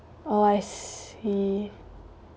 oh I see